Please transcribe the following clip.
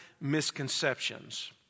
misconceptions